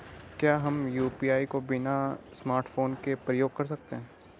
क्या हम यु.पी.आई को बिना स्मार्टफ़ोन के प्रयोग कर सकते हैं?